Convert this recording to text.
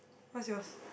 what's yours